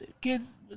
kids